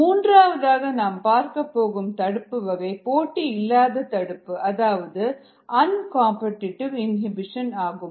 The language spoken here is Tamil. மூன்றாவதாக நாம் பார்க்கப்போகும் தடுப்பு வகை போட்டியில்லாத தடுப்பு அதாவது அன் காம்படிடிவு இனிபிஷன் ஆகும்